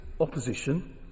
opposition